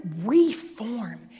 reform